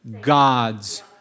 God's